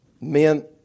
men